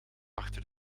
achter